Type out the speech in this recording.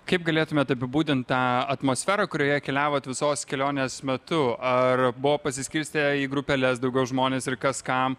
kaip galėtumėt apibūdint tą atmosferą kurioje keliavot visos kelionės metu ar buvo pasiskirstę į grupeles daugiau žmonės ir kas kam